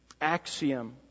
axiom